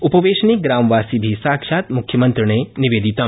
उपवेशने ग्रामवासिभि साक्षात् मुख्यमंत्रिणे निवेदितम्